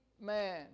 man